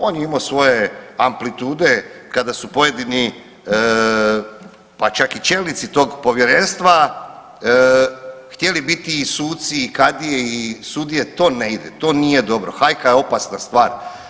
On je imao svoje amplitude kada su pojedini pa čak i čelnici tog povjerenstva htjeli biti i suci i kadije i sudije to ne ide, to nije dobro, hajka je opasna stvar.